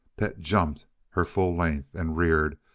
pet jumped her full length and reared,